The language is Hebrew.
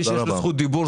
מי שיש לו זכות דיבור,